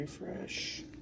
Refresh